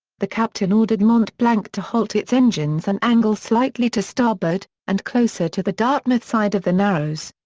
the captain ordered mont-blanc to halt its engines and angle slightly to starboard, and closer to the dartmouth side of the narrows.